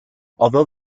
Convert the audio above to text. although